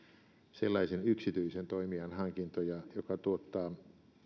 sellaisen yksityisen toimijan hankintoja joka tuottaa